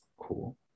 cool